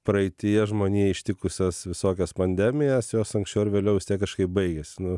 praeityje žmoniją ištikusias visokias pandemijas jos anksčiau ar vėliau vis tiek kažkaip baigiasi nu